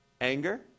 Anger